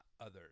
others